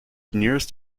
nearest